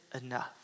enough